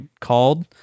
called